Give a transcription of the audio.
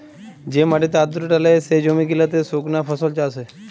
যে মাটিতে আদ্রতা লেই, সে জমি গিলাতে সুকনা ফসল চাষ হ্যয়